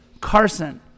Carson